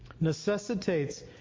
necessitates